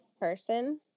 person